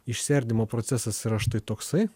išsiardymo procesas yra štai toksai